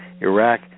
Iraq